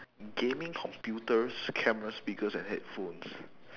gaming computers cameras speakers and headphones